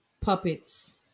puppets